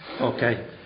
Okay